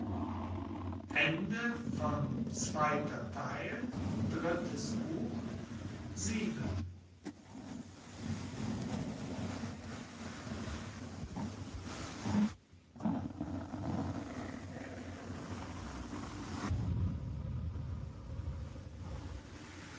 zweiter theil drittes buch